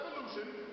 revolution